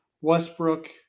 Westbrook